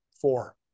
four